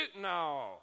no